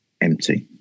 empty